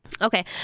Okay